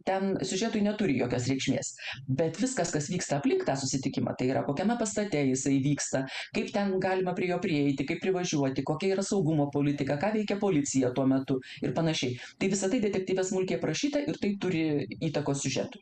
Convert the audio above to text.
ten siužetui neturi jokios reikšmės bet viskas kas vyksta aplink tą susitikimą tai yra kokiame pastate jisai vyksta kaip ten galima prie jo prieiti kaip privažiuoti kokia yra saugumo politika ką veikia policija tuo metu ir panašiai tai visa tai detektyve smulkiai aprašyta ir tai turi įtakos siužetui